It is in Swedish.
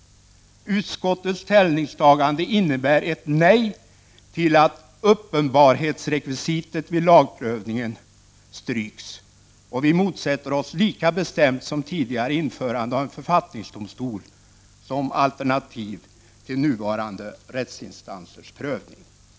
Utskottets ställningstagande innebär ett nej till att uppenbarhetsrekvisitet i lagprövningen stryks, och vi motsätter oss lika bestämt som tidigare införandet av en förvaltningsdomstol som alternativ till nuvarande rättsinstan sers prövning.